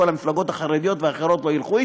המפלגות החרדיות והאחרות לא ילכו אתו?